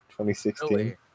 2016